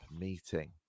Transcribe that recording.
meeting